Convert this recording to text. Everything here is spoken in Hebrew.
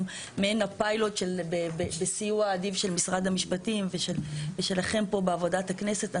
מעין הפיילוט בסיוע האדיב של משרד המשפטים ושלכם פה בעבודת הכנסת.